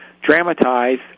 dramatize